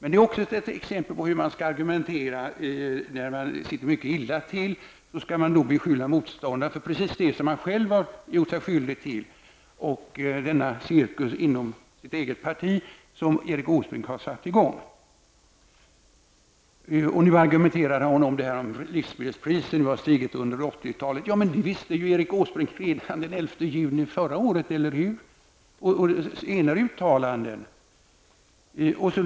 Det är också ett exempel på hur man skall argumentera när man sitter mycket illa till. Då skall man beskylla motståndaren för precis det som man själv har gjort sig skyldig till, och det gäller t.ex. denna cirkus som Erik Åsbrink har satt i gång inom sitt eget parti. Nu använder Erik Åsbrink som argument att livsmedelspriserna har stigit under 1980-talet. Men det visste väl Erik Åsbrink redan den 11 juli förra året och när han har gjort senare uttalanden, eller hur?